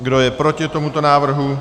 Kdo je proti tomuto návrhu?